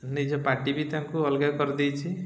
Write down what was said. ନିଜ ପାର୍ଟି ବି ତାଙ୍କୁ ଅଲଗା କରିଦେଇଛିି